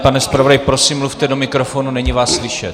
Pane zpravodaji, prosím, mluvte do mikrofonu, není vás slyšet.